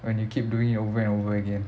when you keep doing it over and over again